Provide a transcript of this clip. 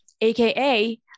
aka